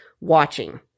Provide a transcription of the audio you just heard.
watching